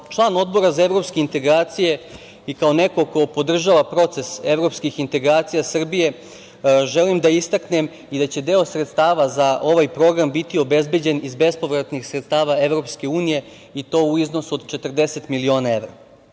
član Odbora za evropske integracije i kao neko ko podržava proces evropskih integracija Srbije, želim da istaknem i da će deo sredstava za ovaj program biti obezbeđen iz bespovratnih sredstava Evropske unije i to u iznosu od 40 miliona evra.